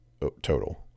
total